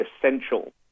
essential